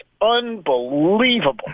unbelievable